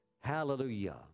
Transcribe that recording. Hallelujah